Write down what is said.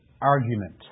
argument